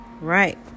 Right